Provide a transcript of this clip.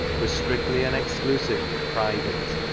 was strictly and exclusively private,